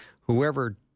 Whoever